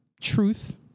truth